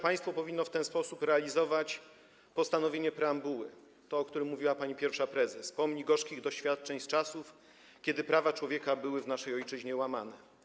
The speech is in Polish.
Państwo powinno w ten sposób realizować także postanowienie preambuły, o którym mówiła pani pierwsza prezes: pomni gorzkich doświadczeń z czasów, kiedy prawa człowieka były w naszej ojczyźnie łamane.